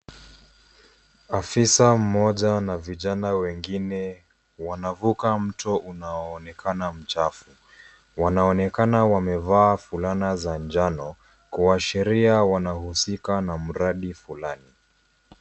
Afisa mmoja na vijani wengine wanavuka mto unaonekana mchafu wanaonekana wamevaa fulana za njano kuashiria wanahusika na mradi fulani.